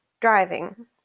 driving